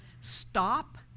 stop